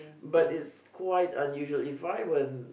but it's quite unusual If I were